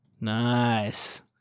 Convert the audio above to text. Nice